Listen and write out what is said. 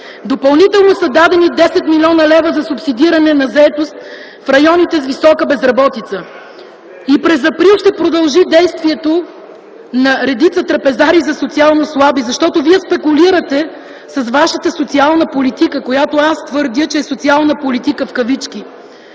Допълнително са дадени 10 млн. лв. за субсидиране на заетост в районите с висока безработица. И през април ще продължи действието на редица трапезарии за социално слаби, защото вие спекулирате с вашата социална политика, която, аз твърдя, че е социална политика в кавички.